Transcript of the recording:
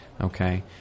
okay